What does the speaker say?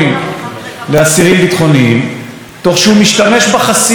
שהוא משתמש בחסינות המוענקת לו על ידי הבית הזה,